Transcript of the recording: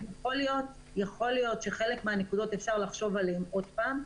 יכול להיות שעל חלק מהנקודות אפשר לחשוב עוד פעם,